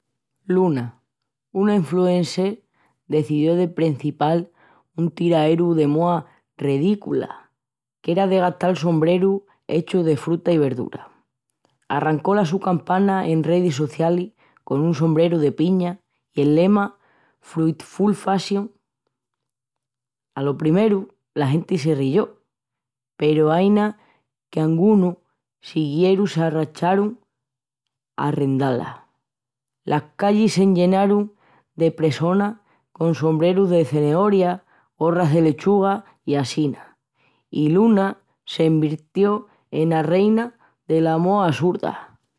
Luna, una influencer, decedió de prencipial un tiraeru de moa redícula, qu'era de gastal sombrerus hechus de fruta i verdura. Arrancó la su campana en redis socialis con un sombreru de piña i el lema "Fruitful fashion". Alo primeru la genti se riyó peru aína qu'angunus siguioris s'arrocharun a arrendála. Las callis s'enllenarun de pressonas con sombrerus de cenorias, gorras de lechuga i assína. I Luna s'envirtió ena reina dela moa assurda.